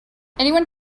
anyone